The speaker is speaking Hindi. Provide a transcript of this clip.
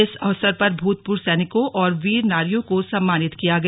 इस अवसर पर भूतपूर्व सैनिकों और वीर नारियों को सम्मानित किया गया